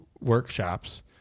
workshops